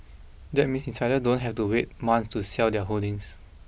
that means insiders don't have to wait months to sell their holdings